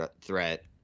threat